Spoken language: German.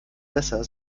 besser